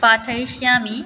पाठयिष्यामि